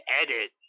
edit